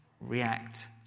React